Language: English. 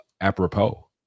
apropos